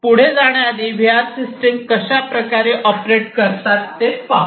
पुढे जाण्याआधी V R system कशा प्रकारे ऑपरेट करतात ते पाहू